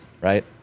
right